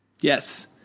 Yes